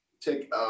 take